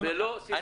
זה לא סיסמאות.